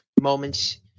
moments